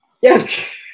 Yes